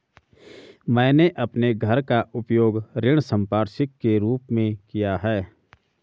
मैंने अपने घर का उपयोग ऋण संपार्श्विक के रूप में किया है